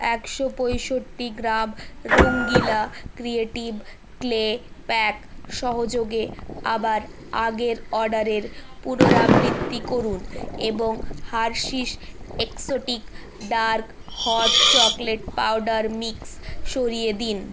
একশো পঁয়ষট্টি gram Rangeela creative clay pack সহযোগে আবার আগের অর্ডারের পুনরাবৃত্তি করুন এবং Hershey's exotic dark hot chocolate powder mix সরিয়ে দিন